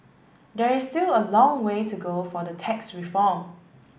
there is still a long way to go for the tax reform